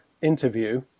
Interview